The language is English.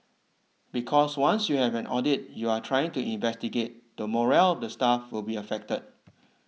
because once you have audit you are trying to investigate the morale of the staff will be affected